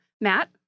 Matt